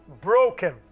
broken